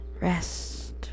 rest